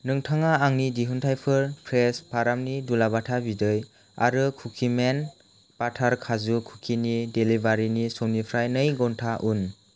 नोंथाङा आंनि दिहुनथाइफोर फ्रेश फारामनि दुलाबाथा बिदै आरो कुकिमेन बाटार काजु कुकिनि डेलिबारिनि समनिफ्राय नै घन्टा उन